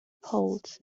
poles